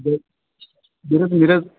बर मिरज मिरज